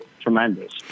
tremendous